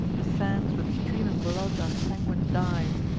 the sands with streaming blood are sanguine dyed,